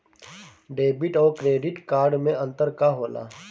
Debit और credit card मे अंतर का होला?